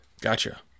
Gotcha